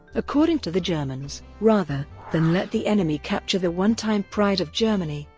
according to the germans, rather than let the enemy capture the onetime pride of germany,